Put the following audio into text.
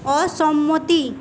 অসম্মতি